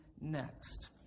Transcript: next